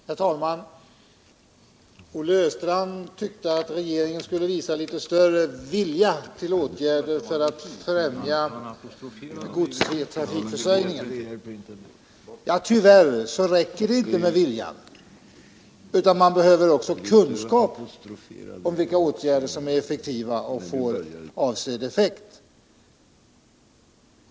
Herr talman! Olle Östrand tyckte att regeringen skulle visa litet större vilja att vidta åtgärder för att främja godstrafikförsörjningen. Tyvärr räcker det dock inte med bara vilja. Man behöver också kunskap om vilka åtgärder som är effektiva och kan få avsedd effekt.